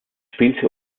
spielte